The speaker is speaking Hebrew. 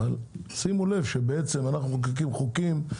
אבל שימו לב שאנחנו מחוקקים חוקים,